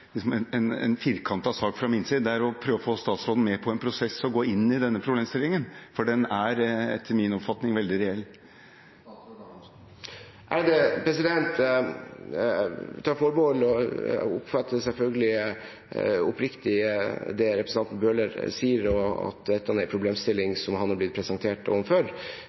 å prøve å få statsråden med på en prosess og gå inn i denne problemstillingen, for den er etter min oppfatning veldig reell. Jeg oppfatter selvfølgelig oppriktig det representanten Bøhler sier om at dette er en problemstilling som han er blitt presentert